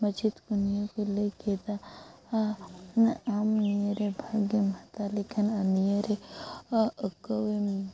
ᱢᱟᱪᱮᱛ ᱠᱚ ᱱᱤᱭᱟᱹ ᱠᱚ ᱞᱟᱹᱭ ᱠᱮᱫᱟ ᱟᱢ ᱱᱤᱭᱟᱹᱨᱮ ᱵᱷᱟᱹᱜᱽ ᱮᱢ ᱦᱟᱛᱟᱣ ᱞᱮᱠᱷᱟᱱ ᱱᱤᱭᱟᱹᱨᱮ ᱟᱹᱠᱟᱹᱣ ᱮᱢ